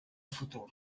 futur